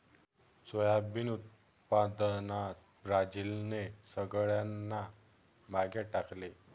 soybean उत्पादनात ब्राझीलने सगळ्यांना मागे टाकले